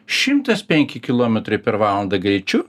šimtas penki kilometrai per valandą greičiu